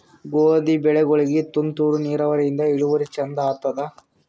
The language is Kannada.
ಗೋಧಿ ಬೆಳಿಗೋಳಿಗಿ ತುಂತೂರು ನಿರಾವರಿಯಿಂದ ಇಳುವರಿ ಚಂದ ಆತ್ತಾದ?